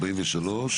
מיהו נציג הציבור?